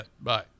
bye